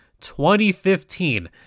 2015